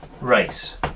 Race